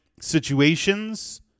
situations